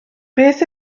beth